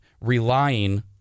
relying